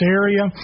area